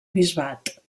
bisbat